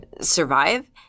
survive